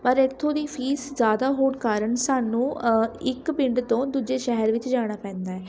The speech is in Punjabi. ਪਰ ਇੱਥੋਂ ਦੀ ਫ਼ੀਸ ਜ਼ਿਆਦਾ ਹੋਣ ਕਾਰਨ ਸਾਨੂੰ ਇੱਕ ਪਿੰਡ ਤੋਂ ਦੂਜੇ ਸ਼ਹਿਰ ਵਿੱਚ ਜਾਣਾ ਪੈਂਦਾ ਹੈ